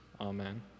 Amen